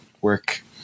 work